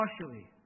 partially